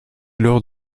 lors